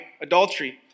Adultery